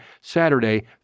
Saturday